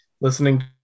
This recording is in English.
listening